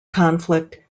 conflict